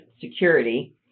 security